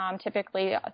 typically